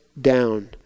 down